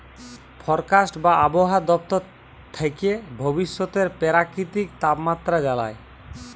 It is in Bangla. ফরকাস্ট বা আবহাওয়া দপ্তর থ্যাকে ভবিষ্যতের পেরাকিতিক তাপমাত্রা জালায়